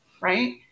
right